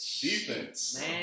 Defense